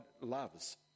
loves